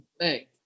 Hey